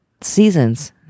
seasons